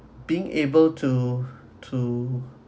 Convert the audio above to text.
being able to to